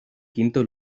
quinto